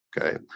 Okay